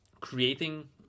creating